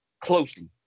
closely